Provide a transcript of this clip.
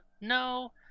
No